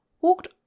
walked